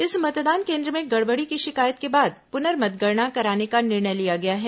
इस मतदान केन्द्र में गड़बड़ी की शिकायत के बाद प्नर्मतदान कराने का निर्णय लिया गया है